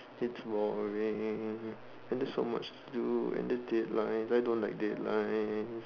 it's boring and there's so much to do and there's deadlines I don't like deadlines